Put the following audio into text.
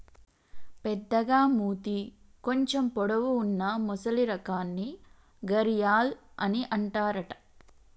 పెద్దగ మూతి కొంచెం పొడవు వున్నా మొసలి రకాన్ని గరియాల్ అని అంటారట